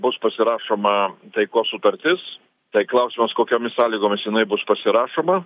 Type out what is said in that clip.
bus pasirašoma taikos sutartis tai klausimas kokiomis sąlygomis jinai bus pasirašoma